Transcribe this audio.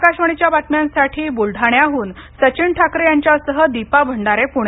आकाशवाणी बातम्यांसाठी बुलडाण्याहून सचिन ठाकरे यांच्यासह दीपा भंडारे पुणे